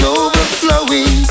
overflowing